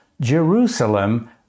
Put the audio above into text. Jerusalem